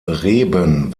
reben